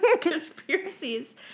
Conspiracies